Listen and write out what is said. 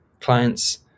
clients